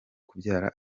kubyara